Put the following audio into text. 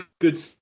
good